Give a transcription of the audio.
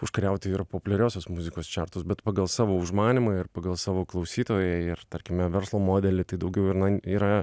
užkariauti ir populiariosios muzikos čertus bet pagal savo užmanymą ir pagal savo klausytoją ir tarkime verslo modelį tai daugiau ir na yra